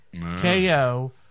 KO